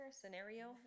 Scenario